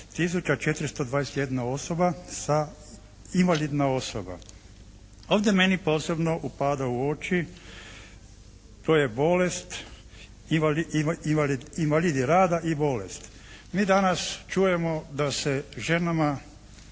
429 tisuća 421 invalidna osoba. Ovdje meni posebno upada u oči to je bolest, invalidi rada i bolest. Mi danas čujemo da se ženama